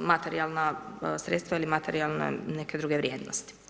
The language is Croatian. materijalna sredstva ili materijalne neke druge vrijednosti.